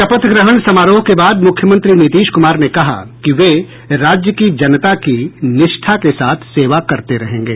शपथ ग्रहण समारोह के बाद मुख्यमंत्री नीतीश कुमार ने कहा कि वे राज्य की जनता की निष्ठा के साथ सेवा करते रहेंगे